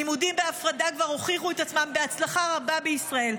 לימודים בהפרדה כבר הוכיחו את עצמם בהצלחה רבה בישראל.